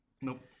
Nope